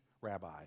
rabbi